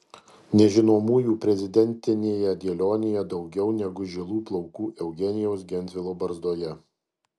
nežinomųjų prezidentinėje dėlionėje daugiau negu žilų plaukų eugenijaus gentvilo barzdoje